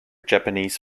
japanese